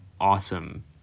awesome